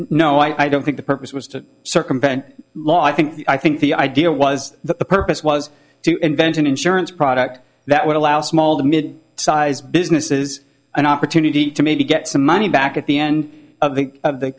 no i don't think the purpose was to circumvent law i think i think the idea was that the purpose was to invent an insurance product that would allow small the mid sized businesses an opportunity to maybe get some money back at the end of the